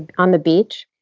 and on the beach.